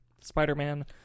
Spider-Man